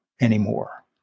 anymore